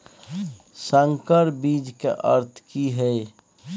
संकर बीज के अर्थ की हैय?